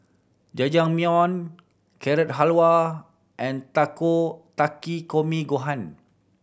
Jajangmyeon Carrot Halwa and Takikomi Gohan